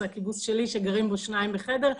זה הקיבוץ שלי שגרים בו שניים בחדר,